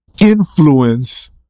influence